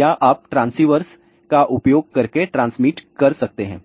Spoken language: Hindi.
या आप ट्रांससीवर्स का उपयोग करके ट्रांसमिट कर सकते हैं